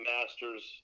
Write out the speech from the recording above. Masters